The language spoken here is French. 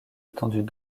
étendue